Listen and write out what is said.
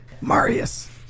Marius